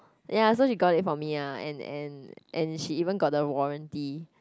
ya so she got it for me ah and and she even got the warranty